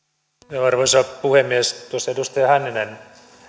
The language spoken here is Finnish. arvoisa puhemies edustaja hänninen